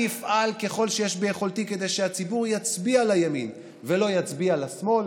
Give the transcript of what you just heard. אני אפעל ככל שיש ביכולתי כדי שהציבור יצביע לימין ולא יצביע לשמאל,